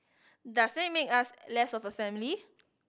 does that make us less of a family